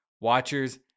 Watchers